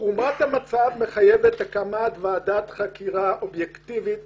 חומרת המצב מחייבת הקמת ועדת חקירה אובייקטיבית